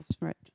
right